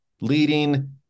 leading